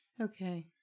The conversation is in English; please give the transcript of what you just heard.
Okay